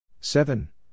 Seven